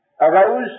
arose